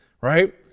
Right